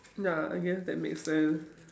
ya I guess that makes sense